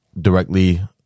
directly